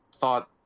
thought